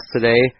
today